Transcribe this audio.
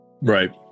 Right